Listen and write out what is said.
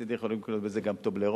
מצדי הם יכולים לקנות בזה גם "טובלרונים",